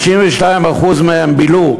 52% מהם בילו,